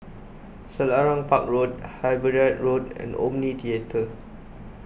Selarang Park Road Hyderabad Road and Omni theatre